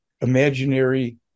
imaginary